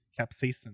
Capsaicin